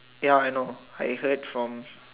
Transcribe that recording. ya I know I heard from